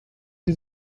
die